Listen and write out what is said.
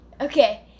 okay